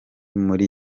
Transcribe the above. muri